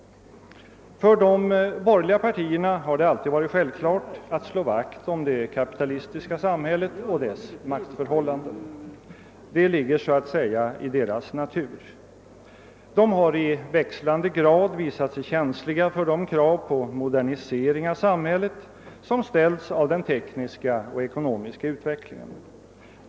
För de borgerliga partierna har det alltid varit självklart att slå vakt om det kapitalistiska samhället och dess maktförhållanden. Det ligger så att säga i deras natur. Dessa partier har i växlande grad visat sig känsliga för de krav på modernisering av samhället som ställts av den tekniska och ekonomiska utvecklingen.